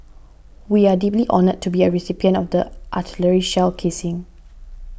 we are deeply honoured to be a recipient of the artillery shell casing